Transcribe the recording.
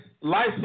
life